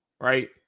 right